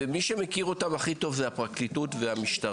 ומי שמכיר אותם הכי טוב זה הפרקליטות והמשטרה,